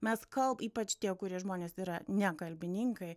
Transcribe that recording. mes kal ypač tie kurie žmonės yra ne kalbininkai